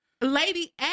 Lady